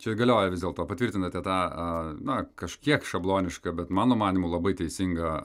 čia galioja vis dėlto patvirtinate tą na kažkiek šablonišką bet mano manymu labai teisingą